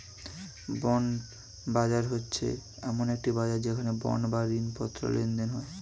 bond বাজার হচ্ছে এমন একটি বাজার যেখানে বন্ড বা ঋণপত্র লেনদেন হয়